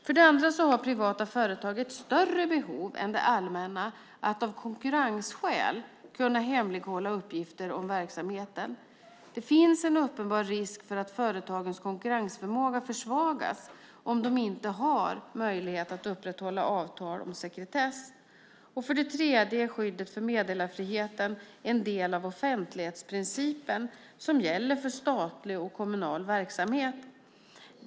För det andra har privata företag ett större behov än det allmänna att av konkurrensskäl kunna hemlighålla uppgifter om verksamheten. Det finns en uppenbar risk för att företagens konkurrensförmåga försvagas om de inte har möjlighet att upprätthålla avtal om sekretess. För det tredje är skyddet för meddelarfriheten en del av offentlighetsprincipen som gäller för statlig och kommunal verksamhet.